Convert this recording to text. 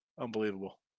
Unbelievable